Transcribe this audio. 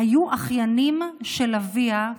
היו אחיינים של אביה,